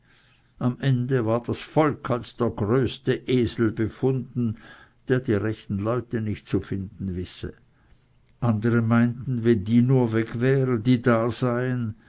am ende war das volk als der größte esel befunden der die rechten leute nicht zu finden wisse andere meinten wenn die nur weg wären die da seien